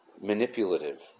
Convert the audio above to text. manipulative